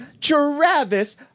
Travis